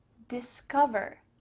discover.